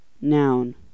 noun